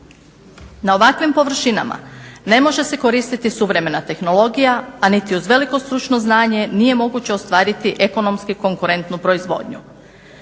Na ovakvim površinama ne može se koristiti suvremena tehnologija, a niti uz veliko stručno znanje nije moguće ostvariti ekonomski konkurentnu proizvodnju.